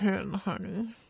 honey